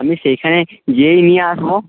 আমি সেইখানে গিয়েই নিয়ে আসবো